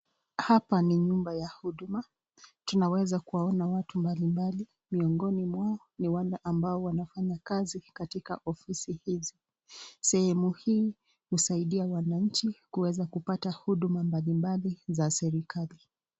Hapa ni nyumba ya huduma, tunaweza kuwaona watu mbali mbali, miongoni mwao ni wale ambao wanafanya kazi katika ofisi hizi. Sehemu hii husaidia wananchi kuweza kupata huduma mbali mbali za serikali.